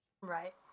Right